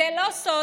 זה לא סוד.